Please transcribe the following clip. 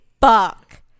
fuck